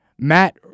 Matt